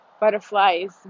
butterflies